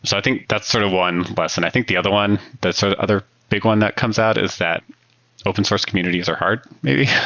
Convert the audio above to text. so i think that's sort of one blessing. i think the other one, the ah other big one that comes out is that open source communities are hard maybe.